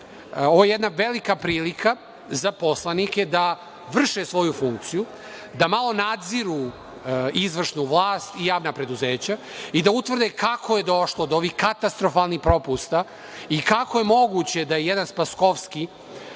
G17.Ovo je jedna velika prilika za poslanike da vrše svoju funkciju, da malo nadziru izvršnu vlast i javna preduzeća i da utvrde kako je došlo do ovih katastrofalnih propusta i kako je moguće da je jedan Spaskovski,